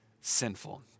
sinful